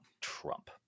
Trump